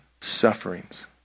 sufferings